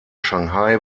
shanghai